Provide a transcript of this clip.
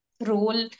role